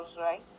right